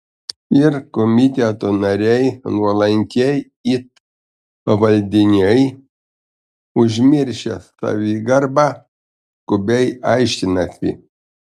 ir komiteto nariai nuolankiai it pavaldiniai užmiršę savigarbą skubiai aiškinasi